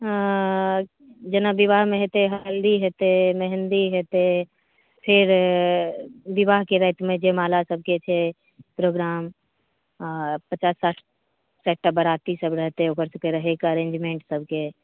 जेना विवाहमे हेतै हल्दी हेतै मेहँदी हेतै फेर विवाहके रातिमे जयमालासभके छै प्रोग्राम पचास साठिटा बरातीसभ रहतै ओकर सभकेँ रहयकऽ अरेंजमेंट सभकेँ